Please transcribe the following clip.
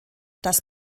das